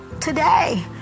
today